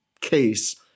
case –